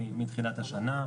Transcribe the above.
מי שמעסיק מונשמים.